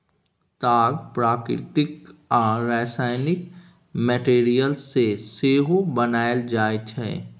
ताग प्राकृतिक आ रासायनिक मैटीरियल सँ सेहो बनाएल जाइ छै